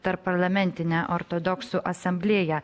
tarpparlamentine ortodoksų asamblėja